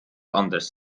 anders